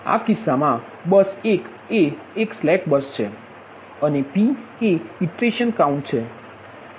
તેથી આ કિસ્સામાં બસ 1 એ એક સ્લેક બસ છે અને p એ ઇટરેશન કાઉન્ટ છે